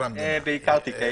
בעיקר תיקי אבהות,